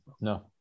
No